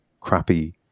crappy